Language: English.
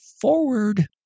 forward